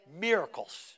Miracles